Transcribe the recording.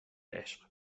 عشق